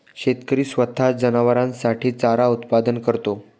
शेतकरी स्वतः जनावरांसाठी चारा उत्पादन करतो